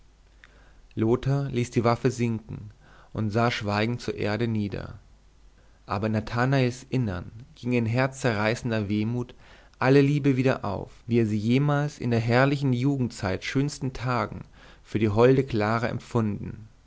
lothar ließ die waffe sinken und sah schweigend zur erde nieder aber in nathanaels innern ging in herzzerreißender wehmut alle liebe wieder auf wie er sie jemals in der herrlichen jugendzeit schönsten tagen für die holde clara empfunden